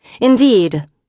Indeed